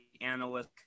analyst